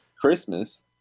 Christmas